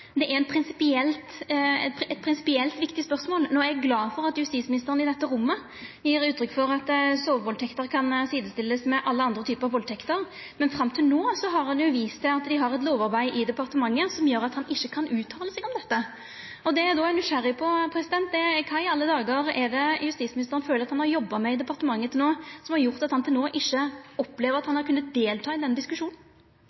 Det er eit prinsipielt viktig spørsmål. Nå er eg glad for at justisministeren i dette rommet gjev uttrykk for at sovevaldtekter kan jamstillast med alle andre typar valdtekt, men fram til nå har han vist til at dei har eit lovarbeid i departementet som gjer at han ikkje kan uttala seg om dette. Det eg då er nysgjerrig på, er: Kva i alle dagar er det justisministeren føler at han har jobba med i departementet som har gjort at han til nå ikkje har opplevd at